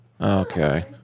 Okay